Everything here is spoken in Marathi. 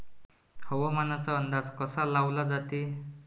हवामानाचा अंदाज कसा लावला जाते?